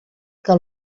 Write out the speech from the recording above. que